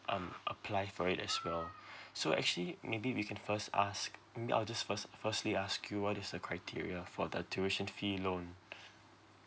um apply for it as well so actually maybe we can first ask maybe I'll just first firstly ask you what is the criteria for the tuition fee loan